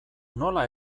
nola